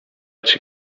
czy